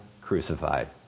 crucified